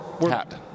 Hat